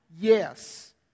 Yes